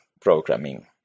programming